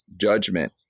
judgment